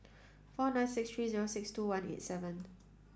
four nine six three zero six two one eight seven